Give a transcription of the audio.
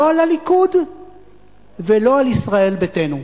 לא על הליכוד ולא על ישראל ביתנו.